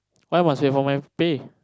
why must wait for my pay